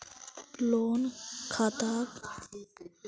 loan खाताक बंद करवार की प्रकिया ह छेक